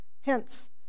Hence